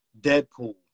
Deadpool